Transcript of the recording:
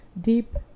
deep